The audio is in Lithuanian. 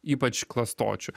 ypač klastočių